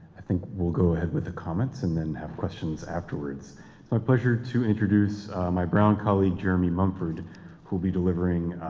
i think we'll go ahead with the comments and then have questions afterwards. it's my pleasure to introduce my brown colleague jeremy mumford, who will be delivering